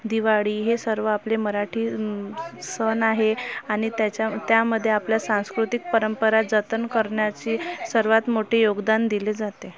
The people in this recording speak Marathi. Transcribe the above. दिवाळी हे सर्व आपले मराठी सण आहे आणि त्याच्याम त्यामध्ये आपली सांस्कृतिक परंपरा जतन करण्याची सर्वात मोठे योगदान दिले जाते